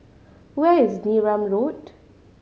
where is Neram Road